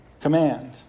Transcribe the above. command